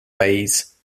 base